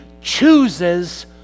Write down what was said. chooses